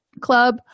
club